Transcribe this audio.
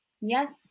yes